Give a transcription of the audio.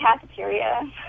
cafeteria